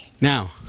Now